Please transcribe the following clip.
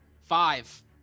five